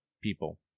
people